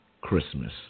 Christmas